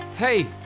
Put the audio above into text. Hey